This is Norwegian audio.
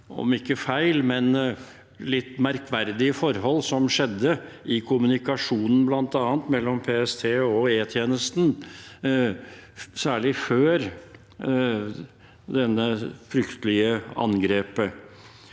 om ikke feil, så litt merkverdige forhold som skjedde i kommunikasjonen, bl.a. mellom PST og E-tjenesten, særlig før dette fryktelige angrepet.